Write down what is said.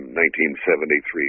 1973